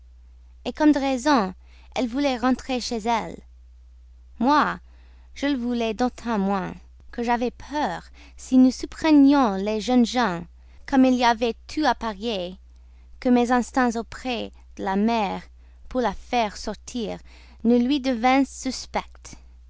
mal comme de raison elle voulait rentrer chez elle moi je le voulais d'autant moins que j'avais peur si nous surprenions les jeunes gens comme il y avait tout à parier que mes instances auprès de la mère pour la faire sortir ne lui devinssent suspectes